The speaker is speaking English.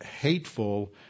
hateful